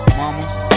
mamas